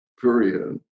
period